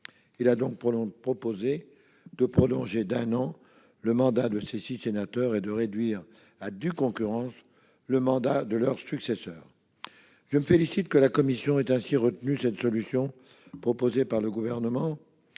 Il a donc proposé de prolonger d'un an les mandats de ces six sénateurs et de réduire à due concurrence ceux de leurs successeurs. Je me félicite que la commission ait retenu cette solution, tout en procédant